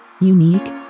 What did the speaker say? Unique